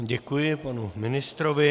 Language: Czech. Děkuji panu ministrovi.